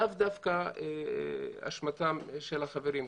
כאמור, זה לאו דווקא אשמת החברים כאן.